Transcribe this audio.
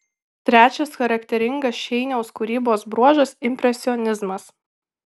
trečias charakteringas šeiniaus kūrybos bruožas impresionizmas